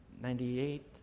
ninety-eight